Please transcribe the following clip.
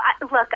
look